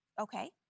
Okay